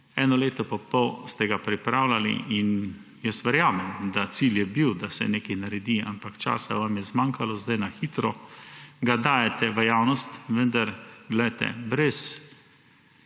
Eno leto pa pol ste ga pripravljali in verjamem, da cilj je bil, da se nekaj naredi, ampak časa vam je zmanjkalo. Sedaj ga na hitro dajte v javnost, vendar, poglejte, brez